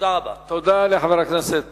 תודה לחבר הכנסת